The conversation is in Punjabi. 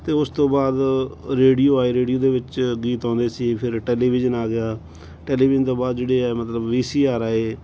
ਅਤੇ ਉਸ ਤੋਂ ਬਾਅਦ ਰੇਡੀਓ ਆਏ ਰੇਡੀਓ ਦੇ ਵਿੱਚ ਗੀਤ ਆਉਂਦੇ ਸੀ ਫੇਰ ਟੈਲੀਵਿਜ਼ਨ ਆ ਗਿਆ ਟੈਲੀਵਿਜ਼ਨ ਤੋਂ ਬਾਅਦ ਜਿਹੜੇ ਆ ਮਤਲਬ ਵੀਸੀਆਰ ਆਏ